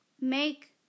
make